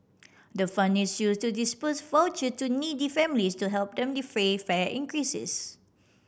the fund is used to disburse voucher to needy families to help them defray fare increases